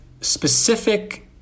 specific